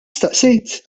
staqsejt